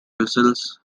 vessels